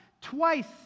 twice